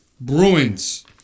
Bruins